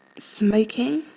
smoking